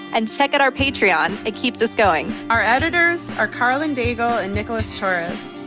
and check out our patreon. it keeps us going. our editors are karlyn daigle and nicholas torres.